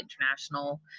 international